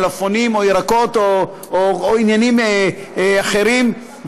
מלפפונים או ירקות או עניינים אחרים,